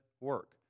work